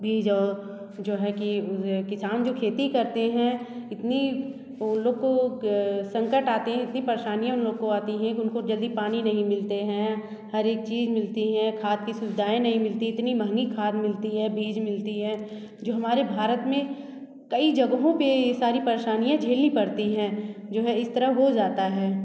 भी जो जो है कि किसान जो खेती करते हैं इतनी उन लोगों के संकट आते इतनी परेशानियाँ उन लोग को आते हैं कि उनको जल्दी पानी नहीं मिलते हैं हर एक चीज मिलती हैं खाद कि सुविधाएं नहीं मिलती इतनी महंगी खाद मिलती है बीज मिलती हैं जो हमारे भारत में कई जगहों पे ये सारी परेशानियाँ झेलनी पड़ती है जो है इस तरह हो जाता है